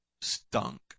stunk